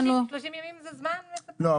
30 זה זמן יחסית --- לא,